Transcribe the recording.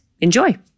enjoy